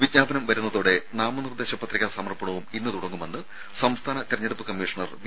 വിജ്ഞാപനം വരുന്നതോടെ നാമനിർദ്ദേശ പത്രികാ സമർപ്പണവും ഇന്ന് തുടങ്ങുമെന്ന് സംസ്ഥാന തെരഞ്ഞെടുപ്പ് കമ്മീഷണർ വി